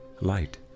light